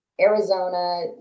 Arizona